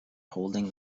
holding